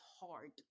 hard